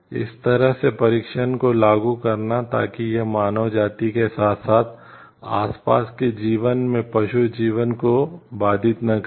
इस तरह से परीक्षणों को लागू करना ताकि यह मानव जाति के साथ साथ आसपास के जीवन में पशु जीवन को बाधित न करे